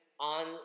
on